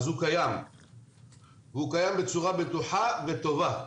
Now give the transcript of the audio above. הוא קיים והוא קיים בצורה בטוחה וטובה.